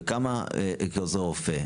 וכמה כעוזר רופא?